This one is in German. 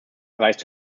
erreicht